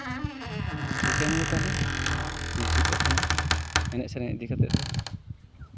ᱴᱷᱤᱠᱟᱹᱱ ᱜᱮᱭᱟ ᱛᱟᱦᱚᱞᱮ ᱢᱩᱪᱟᱹᱫ ᱠᱟᱜ ᱠᱟᱹᱱᱟᱹᱧ ᱮᱱᱮᱡ ᱥᱮᱨᱮᱧ ᱤᱫᱤ ᱠᱟᱛᱮ ᱫᱚ